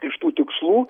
iš tų tikslų